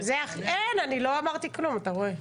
אני לא אמרתי כלום, אתה רואה.